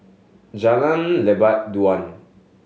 Jalan Lebat Daun